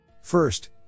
First